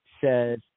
says